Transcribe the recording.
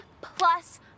plus